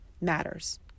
matters